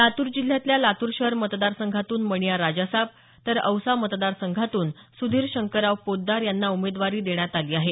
लातूर जिल्ह्यातल्या लातूर शहर मतदारसंघातून मणियार राजासाब तर औसा मतदारसंघातून सुधीर शंकरराव पोतदार यांना उमेदवारी देण्यात आली आहे